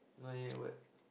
not yet what